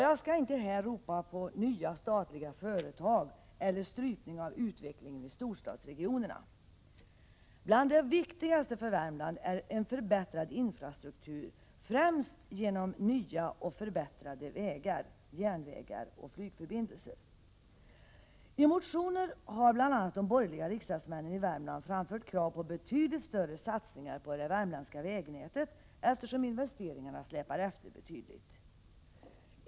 Jag skall inte här ropa på nya statliga företag eller en strypning av utvecklingen i storstadsregionerna. Bland det viktigaste för Värmland är en förbättrad infrastruktur, främst genom nya och förbättrade vägar, järnvägar och flygförbindelser. I motioner har bl.a. de borgerliga riksdagsmännen i Värmland framfört krav på betydligt större satsningar på det värmländska vägnätet, eftersom investeringarna släpar efter betydligt.